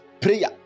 Prayer